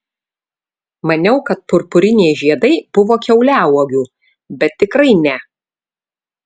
maniau kad purpuriniai žiedai buvo kiauliauogių bet tikrai ne